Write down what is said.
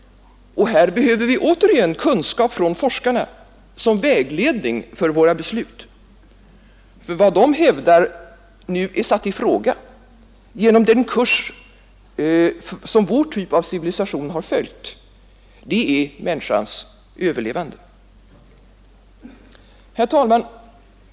Och här behöver vi återigen kunskap från forskarna som vägledning för våra beslut. För vad de hävdar vara satt i fråga nu genom den kurs som vår typ av civilisation följt hittills är människans överlevande. Herr talman!